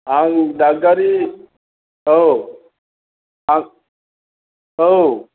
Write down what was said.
आं दादगारि औ आं औ